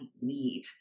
need